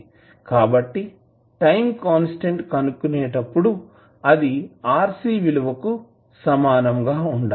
కాబట్టి time constant కనుక్కునేటప్పుడుఅది RC విలువ కి సమానం గా వుండాలి